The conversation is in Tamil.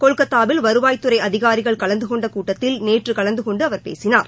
கொல்கத்தாவில் வருவாய்த்துறை அதிகாரிகள் கலந்து கொண்ட கூட்டத்தில் நேற்று கலந்து கொண்டு அவர் பேசினார்